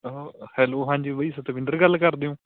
hello ਹਾਂਜੀ ਬਾਈ ਸਤਵਿੰਦਰ ਗੱਲ ਕਰਦੇ ਓਂ